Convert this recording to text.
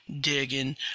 digging